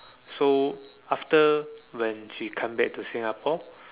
so after when she come back to Singapore